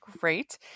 great